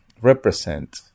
represent